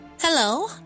Hello